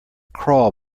crawl